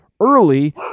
early